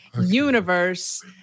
universe